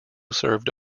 served